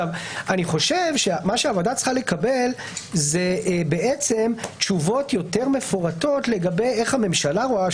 מה שהוועדה צריכה לקבל זה תשובות יותר מפורטות לגבי איך הממשלה רואה,